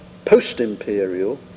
post-imperial